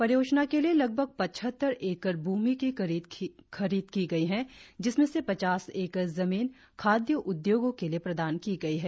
परियोजना के लिए लगभग पचहत्तर एकड़ भूमि की खरीद की गई है जिसमें से पचास एकड़ जमीन खाद्य उद्योगों के लिए प्रदान की गई है